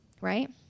right